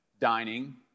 dining